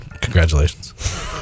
Congratulations